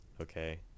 okay